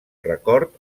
record